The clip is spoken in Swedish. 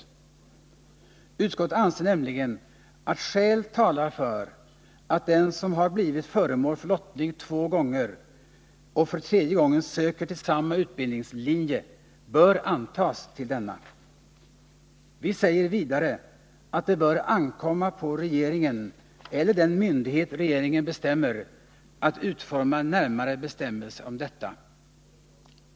Utskottet anser nämligen att skäl talar för att den som har blivit föremål för lottning två gånger och för tredje gången söker till samma utbildningslinje bör antas till denna. Vi anser vidare att det bör ankomma på regeringen eller den myndighet regeringen fastställer att utforma närmare bestämmelser härom.